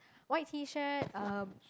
white T shirt uh